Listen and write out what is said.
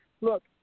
look